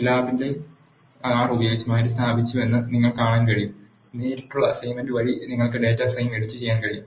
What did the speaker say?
സ്കിലാബിനെ R ഉപയോഗിച്ച് മാറ്റിസ്ഥാപിച്ചുവെന്ന് നിങ്ങൾക്ക് കാണാൻ കഴിയും നേരിട്ടുള്ള അസൈൻമെന്റ് വഴി നിങ്ങൾക്ക് ഡാറ്റ ഫ്രെയിം എഡിറ്റുചെയ്യാൻ കഴിയും